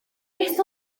beth